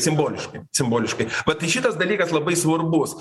simboliškai simboliškai vat tai šitas dalykas labai svarbus